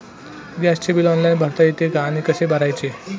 गॅसचे bill online भरता येते का आणि कसे भरायचे?